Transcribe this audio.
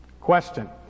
Question